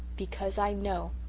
because i know.